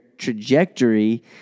Trajectory